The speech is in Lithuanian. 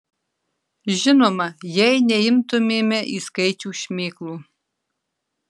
žinoma jei neimtumėme į skaičių šmėklų